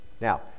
now